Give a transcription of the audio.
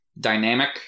dynamic